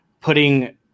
putting